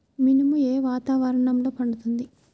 మినుము ఏ వాతావరణంలో పండుతుంది?